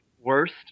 Worst